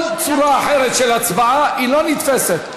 כל צורה אחרת של הצבעה לא נתפסת,